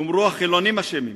יאמרו: החילונים אשמים,